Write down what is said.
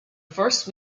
first